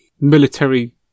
military